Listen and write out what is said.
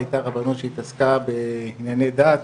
הייתה רבנות שהתעסקה בענייני דת,